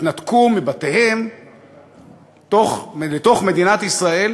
התנתקו מבתיהם לתוך מדינת ישראל,